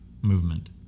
movement